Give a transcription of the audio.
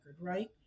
right